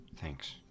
thanks